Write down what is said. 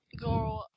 go